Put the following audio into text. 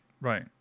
Right